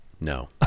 no